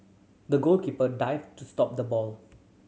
the goalkeeper dived to stop the ball